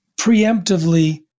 preemptively